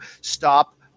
stop